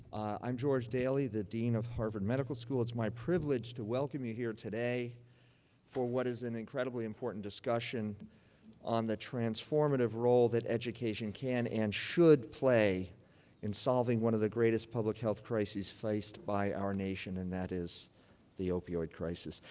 i'm george daley, the dean of harvard medical school. it's my privilege to welcome you here today for what is an incredibly important discussion on the transformative role that education can and should play in solving one of the greatest public health crises faced by our nation. and that is the opioid crisis.